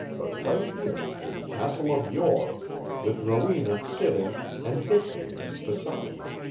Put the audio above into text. but right here in the castle of yore with rowena sitting and dictating beside him.